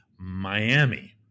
Miami